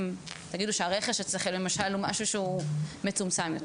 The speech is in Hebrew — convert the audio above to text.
יגידו שהרכש אצלכם למשל הוא משהו שהוא מצומצם יותר.